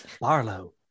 Barlow